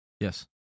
yes